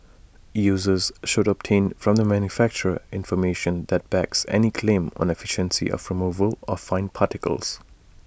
users should obtain from the manufacturer information that backs any claim on efficiency of removal of fine particles